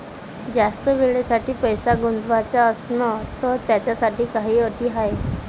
जास्त वेळेसाठी पैसा गुंतवाचा असनं त त्याच्यासाठी काही अटी हाय?